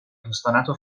دوستانتو